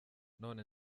none